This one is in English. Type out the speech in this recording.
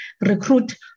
recruit